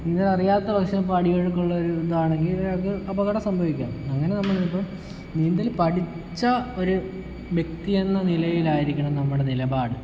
നീന്തൽ അറിയാത്ത പക്ഷം ഇപ്പോൾ അടിയൊഴുക്ക് ഉള്ള ഒരു ഇതാണെങ്കിൽ ആൾക്ക് അപകടം സംഭവിക്കാം അങ്ങനെ നമ്മൾ ഇപ്പോൾ നീന്തൽ പഠിച്ച ഒരു വ്യക്തിയെന്ന നിലയിലായിരിക്കണം നമ്മുടെ നിലപാട്